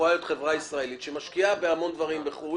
יכולה להיות חברה ישראלית שמשקיעה בהמון דברים בחוץ